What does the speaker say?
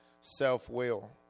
self-will